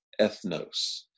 ethnos